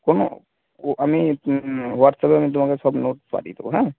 কোনো আমি হোয়াটসঅ্যাপে আমি তোমাকে সব নোটস পাঠিয়ে দেবো হ্যাঁ